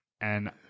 and-